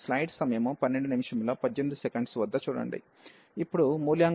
ఇప్పుడు మూల్యాంకనానికి వద్దాం